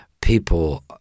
people